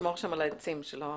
תשמור שם על העצים, שלא